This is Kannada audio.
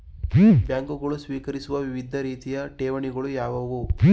ಬ್ಯಾಂಕುಗಳು ಸ್ವೀಕರಿಸುವ ವಿವಿಧ ರೀತಿಯ ಠೇವಣಿಗಳು ಯಾವುವು?